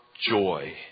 joy